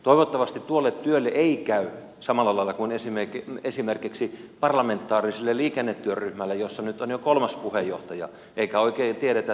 toivottavasti tuolle työlle ei käy samalla lailla kuin esimerkiksi parlamentaariselle liikennetyöryhmälle jossa nyt on jo kolmas puheenjohtaja eikä oikein tiedetä tullaanko vai mennäänkö